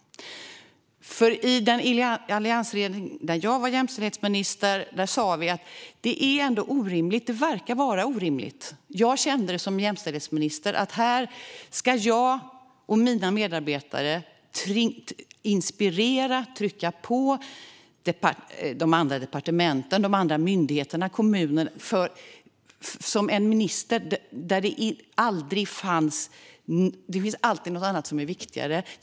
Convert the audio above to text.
I den alliansregering där jag var jämställdhetsminister sa vi att situationen verkade vara orimlig. Jag kände det som jämställdhetsminister. Här ska jag och mina medarbetare inspirera och trycka på de andra departementen, myndigheterna och kommunerna, men det finns alltid något annat som är viktigare.